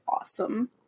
awesome